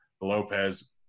Lopez –